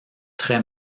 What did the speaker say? très